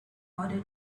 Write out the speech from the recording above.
order